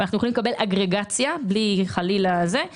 אנחנו יכולים לקבל אגרגציה - בלי חלילה פרטים